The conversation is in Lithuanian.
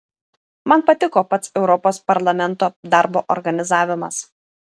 man patiko pats europos parlamento darbo organizavimas